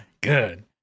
Good